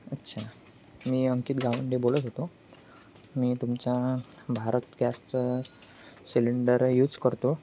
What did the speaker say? अच्छा मी अंकित गावंडे बोलत होतो मी तुमचा भारत गॅस सिलेंडर यूज करतो